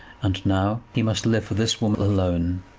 and now he must live for this woman alone.